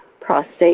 prostate